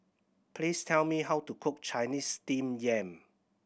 please tell me how to cook Chinese Steamed Yam